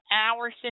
hours